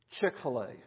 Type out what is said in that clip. Chick-fil-A